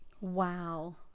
Wow